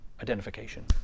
identification